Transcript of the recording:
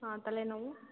ಹಾಂ ತಲೆನೋವು